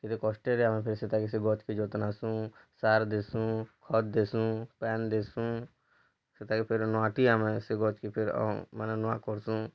କେତେ କଷ୍ଟରେ ଆମେ ଫିର୍ ସେତାକେ ସେ ଗଛ କି ଯତ୍ନ ହେସୁଁ ସାର୍ ଦେସୁଁ ଖତ୍ ଦେସୁଁ ପାନ୍ ଦେସୁଁ ସେତାକେ ଫିର୍ ନୂଆଟି ଆମେ ସେ ଗଛ କି ଫେର୍ ମାନେ ନୂଆ କର୍ସୁଁ